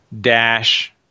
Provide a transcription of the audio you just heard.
Dash